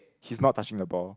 he's not touching the ball